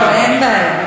לא, אין בעיות.